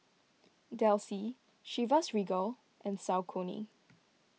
Delsey Chivas Regal and Saucony